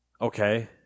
Okay